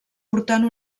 portant